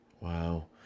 Wow